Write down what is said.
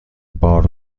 بار